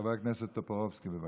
חבר הכנסת טופורובסקי, בבקשה.